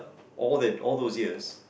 all that all those years